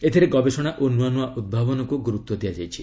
ଏଥିରେ ଗବେଷଣା ଓ ନୂଆ ନୂଆ ଉଭାବନକୁ ଗୁରୁତ୍ୱ ଦିଆଯାଇଛି